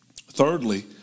thirdly